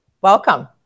Welcome